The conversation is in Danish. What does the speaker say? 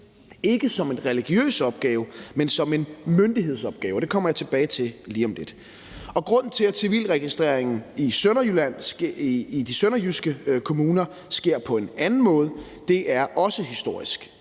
ikke som en religiøs opgave, men som en myndighedsopgave, og det kommer jeg tilbage til lige om lidt. Grunden til, at civilregistreringen i de sønderjyske kommune sker på en anden måde, er også historisk.